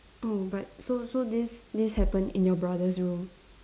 oh but so so this this happen in your brother's room